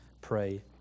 pray